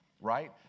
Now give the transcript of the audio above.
right